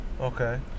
Okay